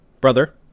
brother